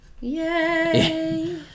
Yay